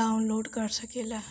down load कर सकेला